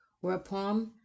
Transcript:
whereupon